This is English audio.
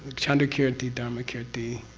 chandrakirti, dharmakirti,